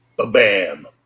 Bam